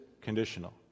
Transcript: conditional